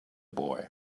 boy